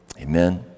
Amen